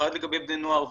במיוחד לגבי בני נוער,